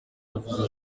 yavuze